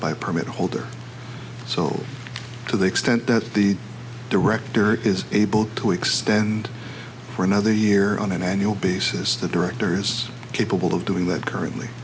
by permit holder sold to the extent that the director is able to extend for another year on an annual basis the directors capable of doing that currently